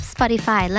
Spotify